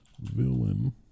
villain